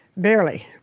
barely,